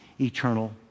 eternal